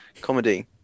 comedy